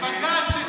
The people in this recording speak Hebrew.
על בג"ץ,